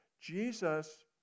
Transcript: Jesus